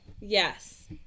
yes